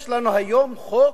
יש לנו היום חוק.